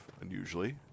unusually